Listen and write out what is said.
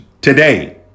today